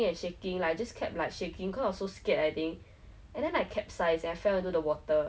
面子很重要 so like I never quit lah cause quit already then people say like !wah! 你真脆弱这样